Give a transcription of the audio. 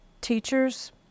teachers